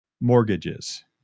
mortgages